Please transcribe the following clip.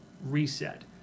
Reset